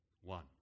one